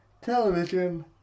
television